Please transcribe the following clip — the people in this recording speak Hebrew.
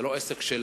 זה לא עסק שלנו,